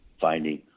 finding